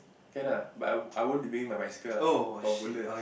can lah but I I won't bring my bicycle lah or Woodlands